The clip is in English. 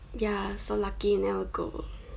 ya so lucky you never go